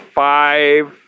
five